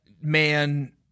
man